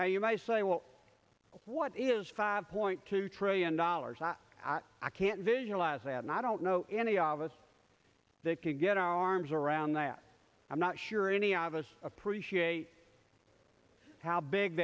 now you might say well what is five point two trillion dollars i can't visualize that and i don't know any of us that could get our arms around that i'm not sure any of us appreciate how big